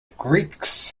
greeks